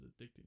addicting